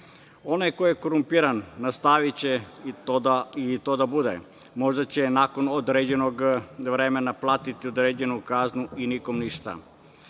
Onaj ko je korumpiran nastaviće i to da bude, možda će nakon određenog vremena platiti određenu kaznu i nikom ništa.